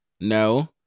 No